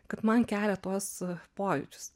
kad man kelia tuos pojūčius